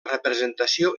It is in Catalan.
representació